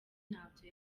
ntabyo